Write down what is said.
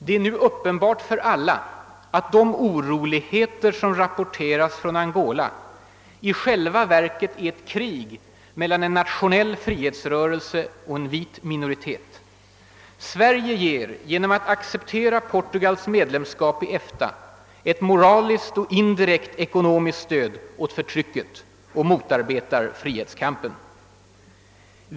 Det är nu uppenbart för alla att de "oroligheter som rapporteras från Angola i själva verket är ett krig mellan en nationell frihetsrörelse och en vit minoritet. Sverige ger — genom att acceptera Portugals medlemskap i EFTA — ett moraliskt och indirekt ekonomiskt stöd åt förtrycket och motarbetar frihetskampen.